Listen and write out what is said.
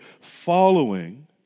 following